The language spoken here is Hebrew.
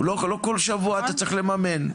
לא כל שבוע אתה צריך לממן.